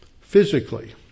physically